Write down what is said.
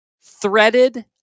threaded